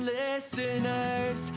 listeners